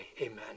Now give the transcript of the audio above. amen